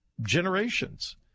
generations